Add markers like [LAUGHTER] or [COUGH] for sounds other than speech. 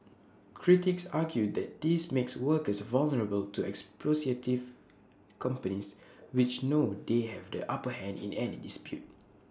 critics argue that this makes workers vulnerable to [UNINTELLIGIBLE] companies which know they have the upper hand in any dispute